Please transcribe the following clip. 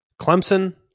Clemson